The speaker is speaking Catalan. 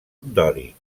dòric